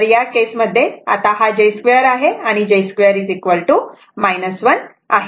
तर या केस मध्ये आता हा j 2आहे आणि j 2 1 आहे